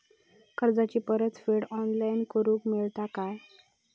कर्जाची परत फेड ऑनलाइन करूक मेलता काय?